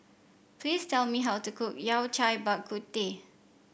please tell me how to cook Yao Cai Bak Kut Teh